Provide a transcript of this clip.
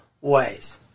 ways